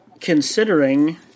considering